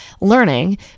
learning